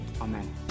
Amen